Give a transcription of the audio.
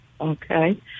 Okay